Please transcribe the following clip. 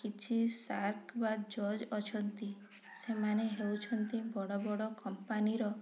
କିଛି ସାର୍କ ବା ଜର୍ଜ ଅଛନ୍ତି ସେମାନେ ହେଉଛନ୍ତି ବଡ଼ ବଡ଼ କମ୍ପାନୀର